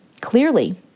clearly